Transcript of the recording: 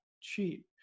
cheap